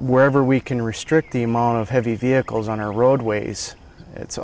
wherever we can restrict the amount of heavy vehicles on our roadways it's